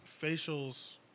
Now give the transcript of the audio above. facials